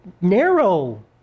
narrow